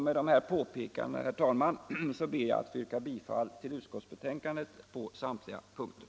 Med dessa påpekanden, herr talman, ber jag att få yrka bifall till utskottets hemställan på samtliga punkter.